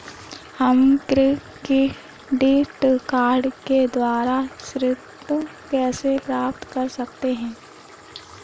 हम credit card के द्वारा ऋण कैसे प्राप्त कर सकते हैं?